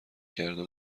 کرده